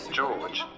George